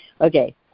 Okay